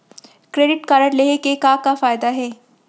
Credit card लेहे के का का फायदा हे?